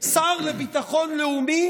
שר לביטחון לאומי